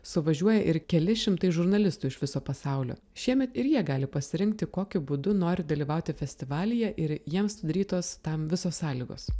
suvažiuoja ir keli šimtai žurnalistų iš viso pasaulio šiemet ir jie gali pasirinkti kokiu būdu nori dalyvauti festivalyje ir jiems sudarytos tam visos sąlygos